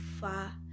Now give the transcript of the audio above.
far